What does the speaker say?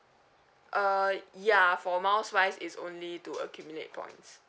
uh ya for miles wise is only to accumulate points